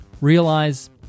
realize